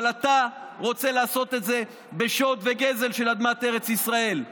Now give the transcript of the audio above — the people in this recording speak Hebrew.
אבל אתה רוצה לעשות את זה בשוד וגזל של אדמת ארץ ישראל.